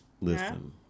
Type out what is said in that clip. listen